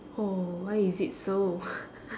oh why is it so